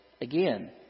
again